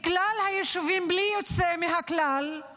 בכלל היישובים הערביים